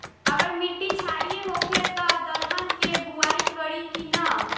अगर मिट्टी क्षारीय होखे त दलहन के बुआई करी की न?